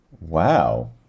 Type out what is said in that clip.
Wow